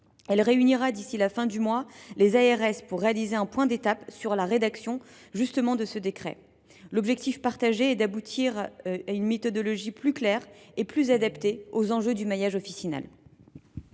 les agences régionales de santé (ARS) pour réaliser un point d’étape sur la rédaction de ce décret. L’objectif partagé est d’aboutir à une méthodologie plus claire et plus adaptée aux enjeux du maillage officinal.